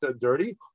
dirty